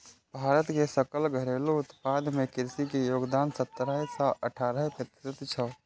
भारत के सकल घरेलू उत्पादन मे कृषि के योगदान सतरह सं अठारह प्रतिशत छै